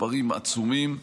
מספרים עצומים.